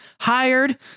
hired